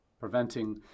Preventing